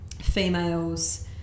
females